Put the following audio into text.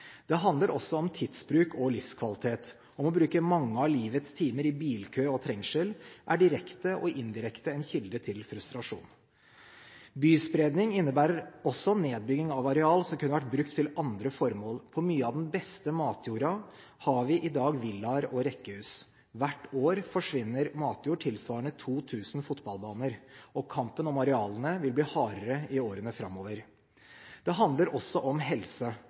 Det handler også om tidsbruk og livskvalitet, om at det å bruke mange av livets timer i bilkø og trengsel, direkte og indirekte er en kilde til frustrasjon. Byspredning innebærer nedbygging av areal som kunne vært brukt til andre formål. På mye av den beste matjorda har vi i dag villaer og rekkehus. Hvert år forsvinner matjord tilsvarende 2 000 fotballbaner, og kampen om arealene vil bli hardere i årene framover. Det handler også om helse.